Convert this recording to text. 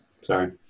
Sorry